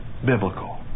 biblical